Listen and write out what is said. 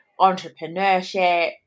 entrepreneurship